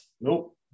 Nope